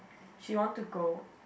she want to go